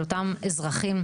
של אותם אזרחים.